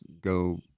go